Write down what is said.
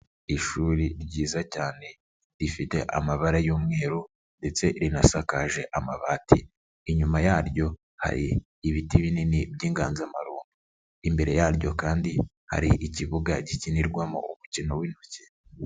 Ishuri ryiza cyane rifite amabara y'umweru ndetse rinasakaje amabati, inyuma yaryo hari ibiti binini by'inganzamarumbo, imbere yaryo kandi hari ikibuga gikinirwamo umukino w'intoki.